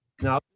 now